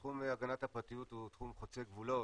תחום הגנת הפרטיות הוא תחום חוצה גבולות,